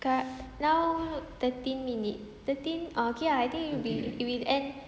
sekarang thirteen minutes thirteen ah okay ah I think would be it will end